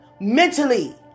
mentally